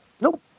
Nope